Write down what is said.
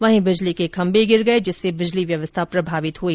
वहीं बिजली के खंभे गिर गए जिससे बिजली व्यवस्था प्रभावित हुई